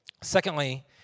Secondly